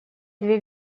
две